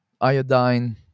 Iodine